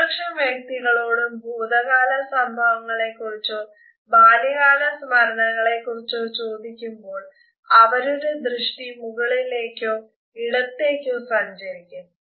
ഭൂരിപക്ഷം വ്യക്തികളോടും ഭൂതകാല സംഭവങ്ങളെകുറിച്ചോ ബാല്യകാല സ്മരണകളെ കുറിച്ചോ ചോദിക്കുമ്പോൾ അവരുടെ ദൃഷ്ടി മുകളിലേക്കോ ഇടത്തേക്കോ സഞ്ചരിക്കും